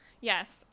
Yes